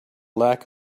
lack